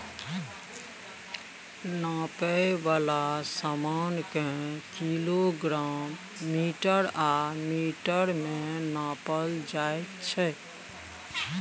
नापै बला समान केँ किलोग्राम, मीटर आ लीटर मे नापल जाइ छै